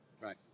Right